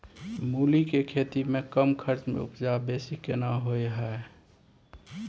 मूली के खेती में कम खर्च में उपजा बेसी केना होय है?